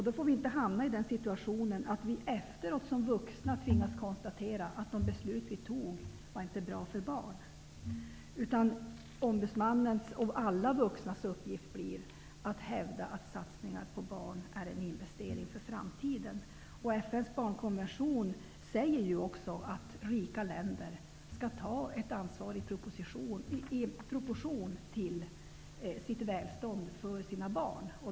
Vi får inte hamna i den situationen att vi efteråt som vuxna tvingas konstatera att de beslut vi fattade inte var bra för barn. Ombudsmannens och alla vuxnas uppgift blir att hävda att satsningar på barn är en investering för framtiden. I FN:s barnkonvention sägs det ju också att rika länder skall ta ett ansvar för sina barn i propotion till sitt välstånd.